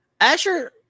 asher